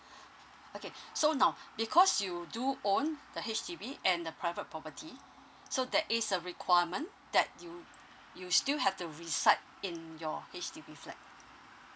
okay so now because you do own the H_D_B and the private property so there is a requirement that you you still have to reside in your H_D_B flat